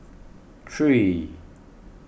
three